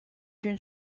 une